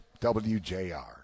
WJR